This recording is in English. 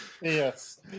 Yes